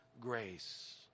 grace